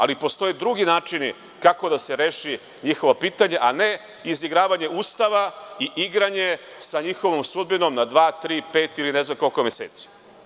Ali postoji drugi način kako da se reši njihovo pitanje, a ne izigravanje Ustava i igranje sa njihovom sudbinom na dva, tri, pet ili ne znam koliko meseci.